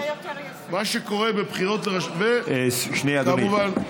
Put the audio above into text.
מה שקורה בבחירות לרשויות, וכמובן, שנייה, אדוני.